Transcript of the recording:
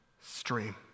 stream